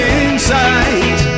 inside